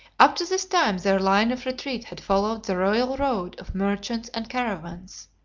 up to this time their line of retreat had followed the royal road of merchants and caravans.